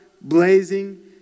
blazing